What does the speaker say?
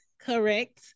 Correct